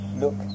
look